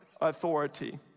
authority